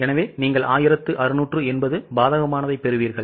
எனவே நீங்கள் 1680 பாதகமானதைப் பெறுவீர்கள்